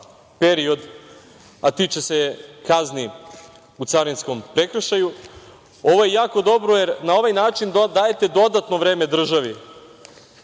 period, a tiče se kazni u carinskom prekršaju. Ovo je jako dobro, jer na ovaj način dajete dodatno vreme državi